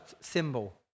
symbol